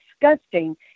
disgusting